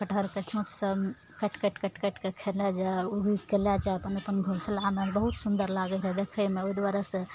कटहलके चोँचसँ काटि काटि काटिके खेने जाइ आओर उघि उघिके लै जाइ अपन अपन घोँसलामे बहुत सुन्दर लागय रहय देखयमे ओइ दुआरेसँ